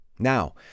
Now